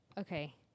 Okay